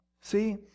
see